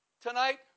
tonight